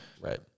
Right